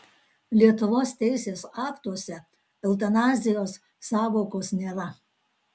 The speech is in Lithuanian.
lietuvos teisės aktuose eutanazijos sąvokos nėra